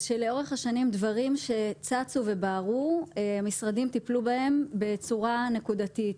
אז לאורך השנים דברים שצצו ובערו המשרדים טיפלו בהם בצורה נקודתית.